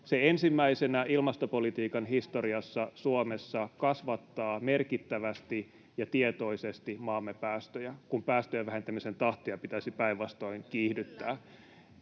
Se ensimmäisenä ilmastopolitiikan historiassa Suomessa kasvattaa merkittävästi ja tietoisesti maamme päästöjä, kun päästöjen vähentämisen tahtia pitäisi päinvastoin kiihdyttää.